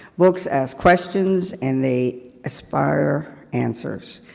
books ask questions, and they aspire answers.